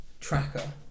Tracker